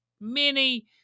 Mini